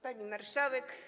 Pani Marszałek!